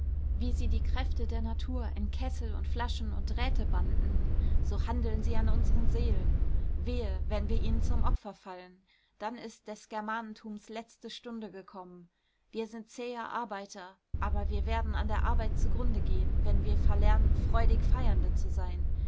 wie sie die kräfte der natur in kessel und flaschen und drähte bannten so handeln sie an unseren seelen wehe wenn wir ihnen zum opfer fallen dann ist des germanentums letzte stunde gekommen wir sind zähe arbeiter aber wir werden an der arbeit zugrunde gehen wenn wir verlernen freudig feiernde zu sein